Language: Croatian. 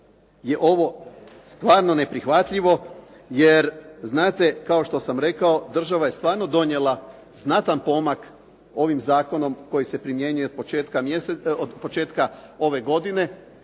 ovo stvarno neprihvatljivo, jer znate kao što sam rekao, država je stvarno donijela znatan pomak ovim zakonom koji se primjenjuje od početka ove godine